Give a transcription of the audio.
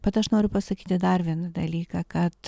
bet aš noriu pasakyti dar vieną dalyką kad